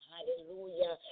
Hallelujah